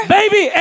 Baby